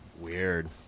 Weird